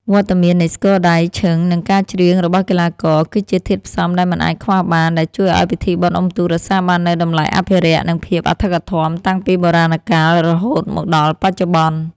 វត្តមាននៃស្គរដៃ ឈឹង និងការច្រៀងរបស់កីឡាករ គឺជាធាតុផ្សំដែលមិនអាចខ្វះបាន ដែលជួយឱ្យពិធីបុណ្យអុំទូករក្សាបាននូវតម្លៃអភិរក្ស និងភាពអធិកអធមតាំងពីបុរាណកាលរហូតមកដល់បច្ចុប្បន្ន។